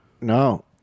No